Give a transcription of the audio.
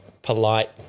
Polite